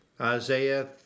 Isaiah